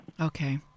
Okay